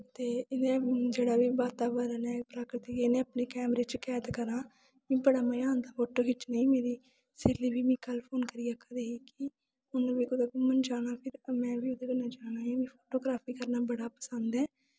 ते इ'यां जेह्ड़ा बी वातावरण ऐ प्रकृति इ'नें गी अपने कैमरे च कैद करां मिगी बड़ा मजा आंदा फोटो खिच्चने गी मेरी स्हेली बी कल्ल मिगी फोन करियै आखा दी ही कि उ'नें बी कुदे घूमन जाना ऐ ते में बी ओह्दे नै जाना ऐ ते फोटोग्राफ्री करना बड़ा पसंद ऐ